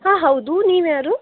ಹಾ ಹೌದು ನೀವು ಯಾರು